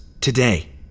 Today